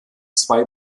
zwei